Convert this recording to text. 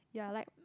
yeah I like